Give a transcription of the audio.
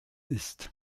ist